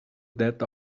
that